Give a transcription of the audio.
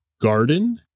garden